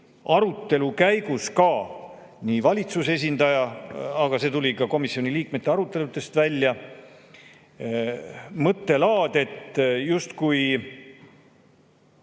arutelu käigus [tuli välja] valitsuse esindaja – aga see tuli ka komisjoni liikmete aruteludest välja – mõttelaad, et justkui